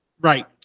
Right